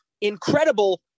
incredible